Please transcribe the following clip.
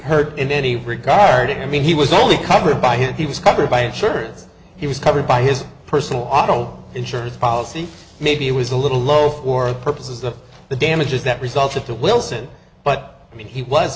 heard in any regard i mean he was only covered by him he was covered by insurance he was covered by his personal auto insurance policy maybe it was a little low for the purposes of the damages that resulted to wilson but i mean he was